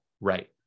Right